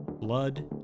blood